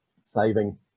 saving